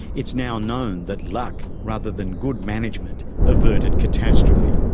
it's now known that luck rather than good management averted catastrophe.